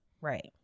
Right